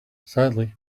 sadly